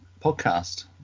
podcast